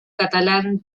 catalán